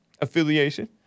affiliation